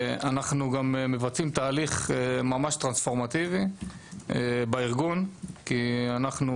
אנחנו גם מבצעים תהליך ממש טרנספורמטיבי בארגון כי אנחנו,